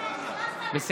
יאללה, בוא.